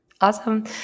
Awesome